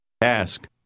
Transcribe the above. Ask